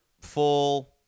full